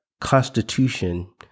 constitution